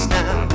now